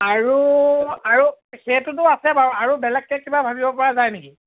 আৰু আৰু সেইটোতো আছে বাৰু আৰু বেলেগকে কিবা ভাবিব পৰা যায় নেকি